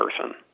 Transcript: person